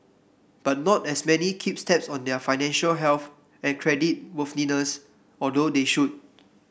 but not as many keep tabs on their financial health and creditworthiness although they should